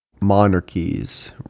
monarchies